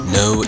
no